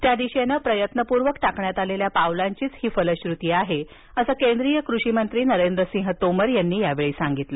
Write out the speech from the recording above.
त्या दिशेनं परायात्नापूर्वक टाकण्यात आलेल्या पवालांचीच ही फलश्रुती आहे असं केंद्रीय कृषिमंत्री नरेंद्रसिंह तोमर यांनी यावेळी सांगितलं